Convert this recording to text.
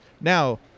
Now